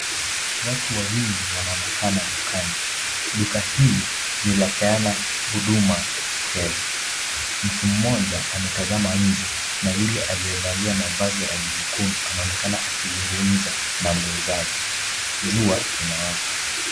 Watu wawili wanaonekana dukani. Duka hili linapeana huduma ya kifedha. Mtu mmoja ametazama nje na yule aliyevalia mavazi ya rangi nyekundu anaonekana akizungumza na muuzaji. Jua linawaka.